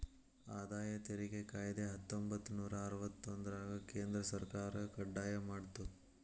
ಆದಾಯ ತೆರಿಗೆ ಕಾಯ್ದೆ ಹತ್ತೊಂಬತ್ತನೂರ ಅರವತ್ತೊಂದ್ರರಾಗ ಕೇಂದ್ರ ಸರ್ಕಾರ ಕಡ್ಡಾಯ ಮಾಡ್ತು